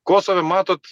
kosove matot